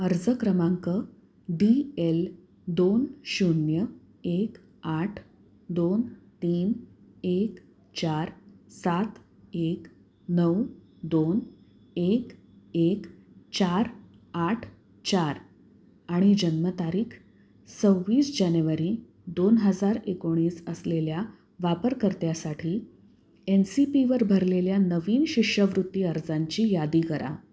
अर्ज क्रमांक D L दोन शून्य एक आठ दोन तीन एक चार सात एक नऊ दोन एक एक चार आठ चार आणि जन्मतारीख सव्वीस जानेवारी दोन हजार एकोणीस असलेल्या वापरकर्त्यासाठी एन सी पीवर भरलेल्या नवीन शिष्यवृत्ती अर्जांची यादी करा